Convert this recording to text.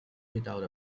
without